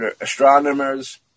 astronomers